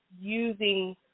using